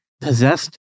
possessed